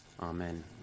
Amen